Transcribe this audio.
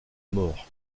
mort